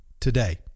today